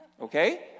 Okay